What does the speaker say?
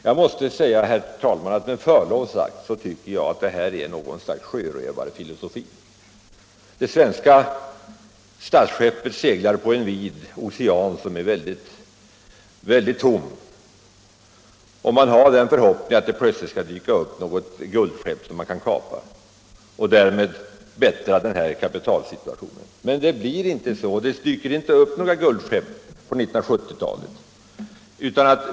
Med förlov sagt tycker jag, herr talman, att detta är något slags sjörövarfilosofi: det svenska statsskeppet seglar på en vid, tom ocean och hoppas att det plötsligt skall dyka upp något guldskepp som man kan kapa och därmed förbättra kapitalsituationen. Men det blir inte så. Det dyker inte upp några guldskepp på 1970-talet.